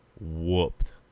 whooped